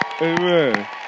Amen